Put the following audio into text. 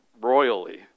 royally